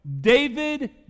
David